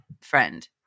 friend